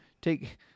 Take